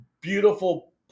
beautiful